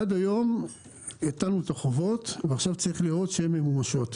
עד היום הטלנו את החובות ועכשיו צריך לראות שהן ממומשות.